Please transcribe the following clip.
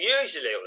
usually